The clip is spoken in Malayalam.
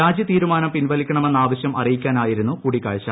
രാജി തീരുമാനം പിൻവലിക്കണമെന്ന ആവശ്യം അറിയിക്കാനായിരുന്നു കൂടിക്കാഴ്ച